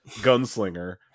gunslinger